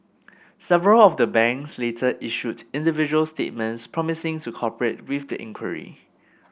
several of the banks later issued individual statements promising to cooperate with the inquiry